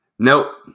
Nope